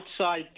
outside